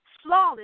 Flawless